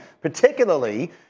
Particularly